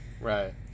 Right